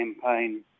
campaign